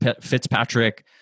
Fitzpatrick